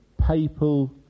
papal